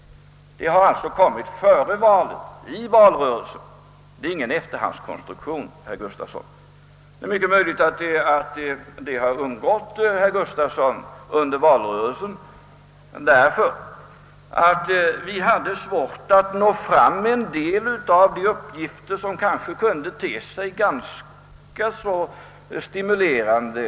Denna siffra kom alltså före valet — under själva valrörelsen. Den är alltså ingen efterhandskonstruktion, herr Gustafsson. Det är mycket möjligt att detta undgick herr Gustafsson under valrörelsen; vi hade svårt att nå fram med en del av de uppgifter, som kanske ändå kunde vara ganska stimulerande.